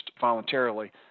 voluntarily